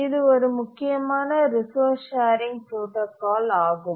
இது ஒரு முக்கியமான ரிசோர்ஸ் ஷேரிங் புரோடாகால் ஆகும்